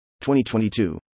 2022